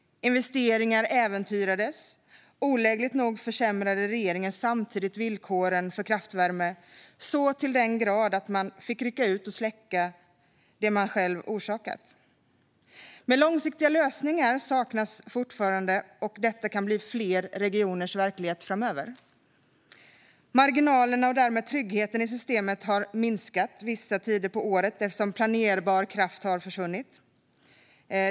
Investeringar äventyrades. Olägligt nog försämrade regeringen samtidigt villkoren för kraftvärme så till den grad att man fick rycka ut och släcka det man själv orsakat. Långsiktiga lösningar saknas fortfarande, och detta kan bli fler regioners verklighet framöver. Marginalerna och därmed tryggheten i systemet har minskat vissa tider på året, eftersom planerbar kraft försvunnit.